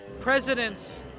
Presidents